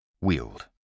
Wield